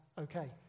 okay